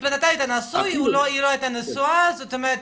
זאת אומרת,